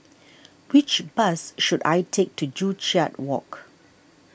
which bus should I take to Joo Chiat Walk